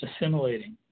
assimilating